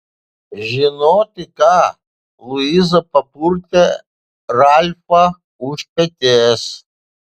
žinoti ką luiza papurtė ralfą už peties